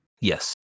Yes